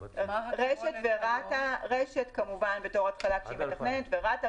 רש"ת כמובן בתור התחלה כשהיא מתכננת ורת"א